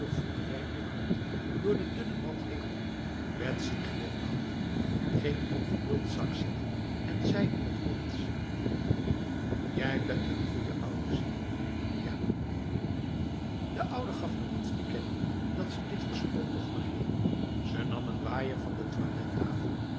voelde werkelijk hard door de dunne mat heen betsy glimlachte ging op de bultzak liggen en zei in t hollands je bent n goeie ouwe ziel ja de oude gaf door niets te kennen dat ze dit verstond of begreepl ze nam een waaier van de